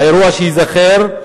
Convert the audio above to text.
האירוע שייזכר,